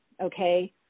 okay